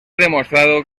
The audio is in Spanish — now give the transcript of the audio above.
demostrado